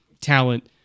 talent